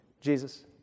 Jesus